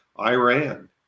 Iran